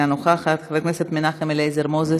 אינה נוכחת, חבר הכנסת מנחם אליעזר מוזס,